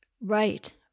Right